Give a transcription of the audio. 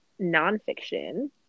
nonfiction